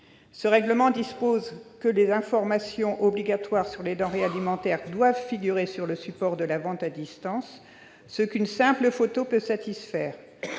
ce règlement prévoit que les informations obligatoires pour des denrées alimentaires doivent figurer sur le support de la vente à distance, ce qu'une simple photo peut satisfaire.